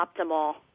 optimal